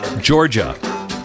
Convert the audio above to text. Georgia